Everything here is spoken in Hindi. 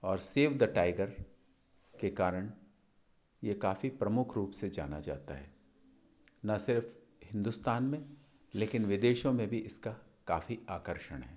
और सेव द टाइगर के कारण ये काफ़ी प्रमुख रूप से जाना जाता है न सिर्फ हिंदुस्तान में लेकिन विदेशों में भी इसका काफ़ी आकर्षण है